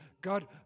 God